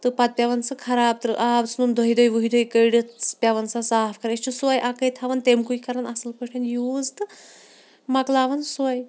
تہٕ پَتہٕ پیٚوان سُہ خَراب آب ژھٕنُن دۄیہِ دُہۍ وُہہِ دۄیہِ کٔڑِتھ پیٚوان سۄ صاف کَرٕنۍ أسۍ چھِ اَکٲے تھاوان تمکُے کَران اصل پٲٹھۍ یوٗز تہٕ مۄکلاوان سۄے